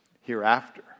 hereafter